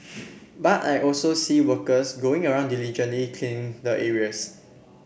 but I also see workers going around diligently cleaning the areas